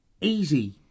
easy